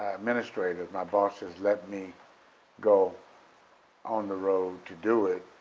administrators, my bosses, let me go on the road to do it,